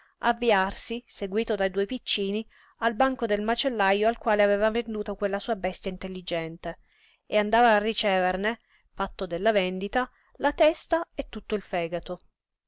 avviarsi seguito dai due piccini al banco del macellajo al quale aveva venduta quella sua bestia intelligente andava a riceverne patto della vendita la testa e tutto il fegato